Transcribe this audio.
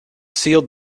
sealed